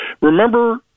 Remember